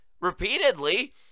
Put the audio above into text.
repeatedly